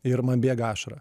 ir man bėga ašara